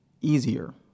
easier